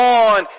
on